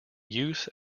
use